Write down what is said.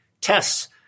tests